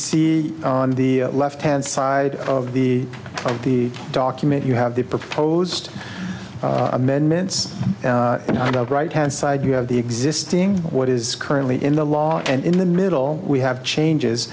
see on the left hand side of the of the document you have the proposed amendments and i doubt right hand side you have the existing what is currently in the law and in the middle we have changes